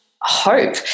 hope